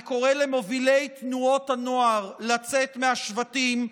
אני קורא למובילי תנועות הנוער לצאת מהשבטים,